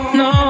no